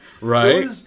Right